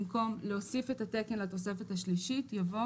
במקום "להוסיף את התקן לתוספת השלישית" יבוא